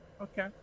Okay